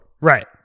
Right